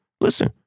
listen